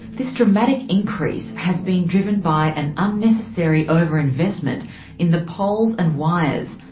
this dramatic increase has been driven by an unnecessary overinvestment in the poles and wires,